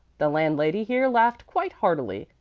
the landlady here laughed quite heartily,